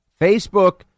Facebook